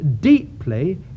deeply